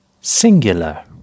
singular